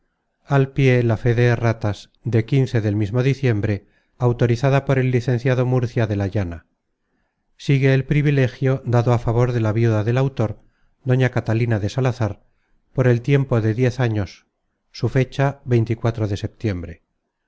book search generated at as de del mismo diciembre autorizada por el licenciado murcia de la llana sigue el privilegio dado á favor de la viuda del autor doña catalina de salazar por el tiempo de diez años su fecha de setiembre